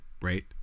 right